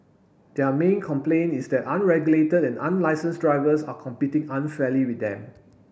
their main complaint is that unregulated and unlicensed drivers are competing unfairly with them